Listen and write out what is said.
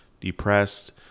depressed